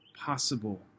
possible